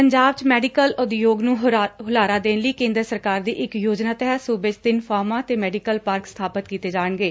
ਪੰਜਾਬ ਚ ਮੈਡੀਕਲ ਉਦਯੋਗ ਨੂੰ ਹੁਲਾਰਾ ਦੇਣ ਲਈ ਕੇਦਰ ਸਰਕਾਰ ਦੀ ਇਕ ਯੋਜਨਾ ਤਹਿਤ ਸੁਬੇ ਚ ਤਿੰਨ ਫਾਰਮਾਂ ਤੇ ਮੈਡੀਕਲ ਪਾਰਕ ਸਥਾਪਿਤ ਕੀਤੇ ਜਾਣਗੇ